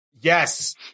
yes